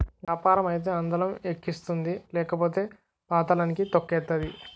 యాపారం అయితే అందలం ఎక్కిస్తుంది లేకపోతే పాతళానికి తొక్కేతాది